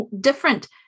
different